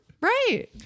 Right